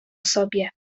sobie